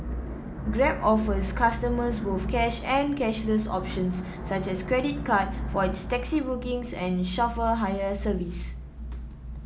grab offers customers both cash and cashless options such as credit card for its taxi bookings and chauffeur hire service